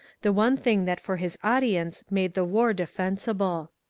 the one thing that for his audience made the war defensible.